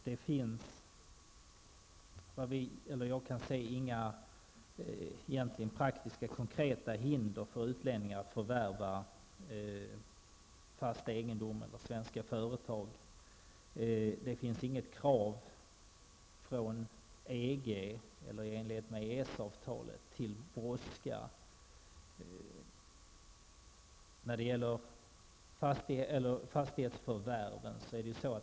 Det finns efter vad jag kan se egentligen inga praktiska, konkreta hinder för utlänningar att förvärva fast egendom eller svenska företag. Det finns inget krav från EG eller i enlighet med EES-avtalet som gör att det brådskar.